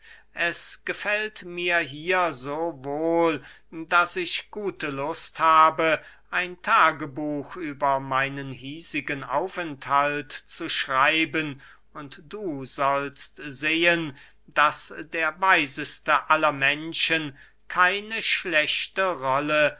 es gefällt mir hier so wohl daß ich gute lust habe ein tagebuch über meinen hiesigen aufenthalt zu schreiben und du sollst sehen daß der weiseste aller menschen keine schlechte rolle